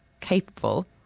capable